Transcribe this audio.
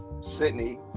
Sydney